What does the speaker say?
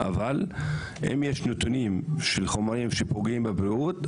אבל אם יש נתונים של חומרים שפוגעים בבריאות,